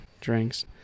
drinks